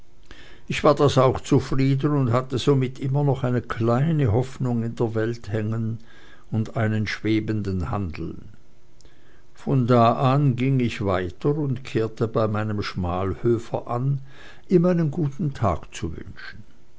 ich war das auch zufrieden und hatte somit immer noch eine kleine hoffnung in der welt hängen und einen schwebenden handel von da ging ich weiter und kehrte bei meinem schmalhöfer an ihm einen guten tag zu wünschen